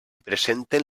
presenten